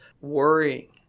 worrying